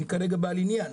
אני כרגע בעל עניין.